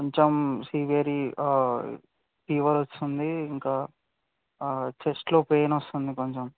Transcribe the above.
కొంచెం severe fever వస్తుంది ఇంకా చెస్ట్లో పెయిన్ వస్తుంది కొంచెం